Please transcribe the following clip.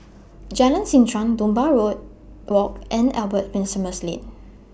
Jalan Seh Chuan Dunbar War Walk and Albert Winsemius Lane